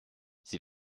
sie